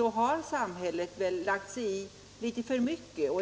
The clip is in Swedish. mening har samhället lagt sig i litet för mycket.